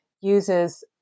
uses